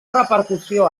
repercussió